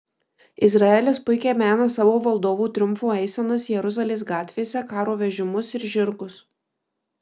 izraelis puikiai mena savo valdovų triumfo eisenas jeruzalės gatvėse karo vežimus ir žirgus